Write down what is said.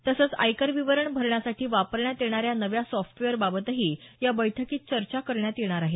तसंच आयकर विवरण भरण्यासाठी वापरण्यात येणा या नव्या सॉफ्टवेअरबाबतही या बैठकीत चर्चा करण्यात येणार आहे